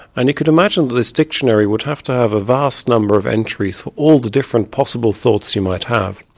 and you could imagine that this dictionary would have to have a vast number of entries for all the different possible thoughts you might have.